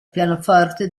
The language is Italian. pianoforte